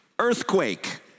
Earthquake